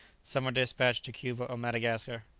some are despatched to cuba or madagascar,